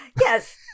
Yes